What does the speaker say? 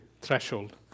Threshold